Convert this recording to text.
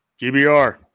GBR